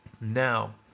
Now